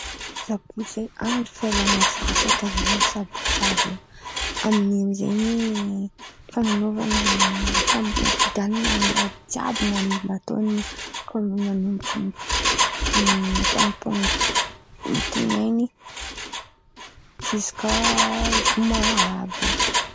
Sabotsy zen̈y, andra fialan̈a sasatra zen̈y sabotsy àby io, amin̈'in̈y zen̈y fan̈anaovan̈a ny fan̈ampodian̈ana ny raha jiàby na-natao kô nanomboko fampa- tinain̈y ziska zoma àby io.